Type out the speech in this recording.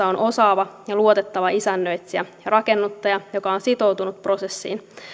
on osaava ja luotettava isännöitsijä ja rakennuttaja joka on sitoutunut prosessiin